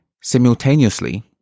Simultaneously